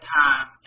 time